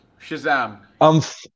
shazam